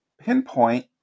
pinpoint